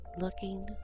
looking